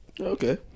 Okay